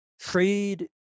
trade